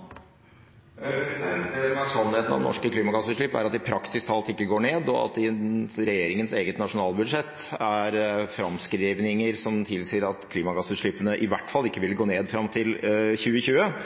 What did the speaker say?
2030. Det som er sannheten om norske klimagassutslipp, er at de praktisk talt ikke går ned, og at det i regjeringens eget nasjonalbudsjett er framskrivninger som tilsier at klimagassutslippene i hvert fall ikke vil gå ned fram til 2020.